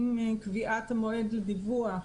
עם קביעת המועד לדיווח,